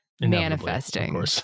manifesting